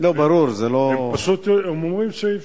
הם פשוט אומרים שאי-אפשר.